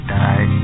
die